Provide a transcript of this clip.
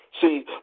See